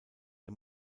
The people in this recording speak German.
der